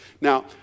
Now